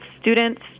students